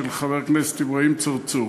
של חבר הכנסת אברהים צרצור